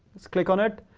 let's click on it.